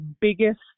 biggest